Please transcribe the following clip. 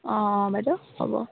অঁ অঁ বাইদেউ হ'ব